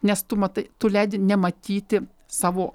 nes tu matai tu leidi nematyti savo